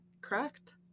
correct